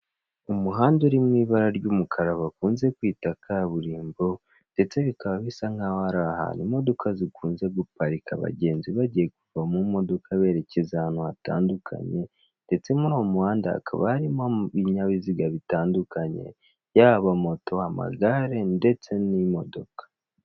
Umuhanda urimo ibara ry'umukara bakunze kwita kaburimbo ndetse bikaba bisa nkaho ari ahantu imodoka zikunze guparika abagenzi bagiye kuva mu modoka berekeza ahantu hatandukanye ndetse muri uwo muhanda hakaba harimo ibinyabiziga bitandukanye yaba moto, amagare ndetse n'imodoka.